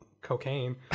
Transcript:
cocaine